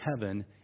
heaven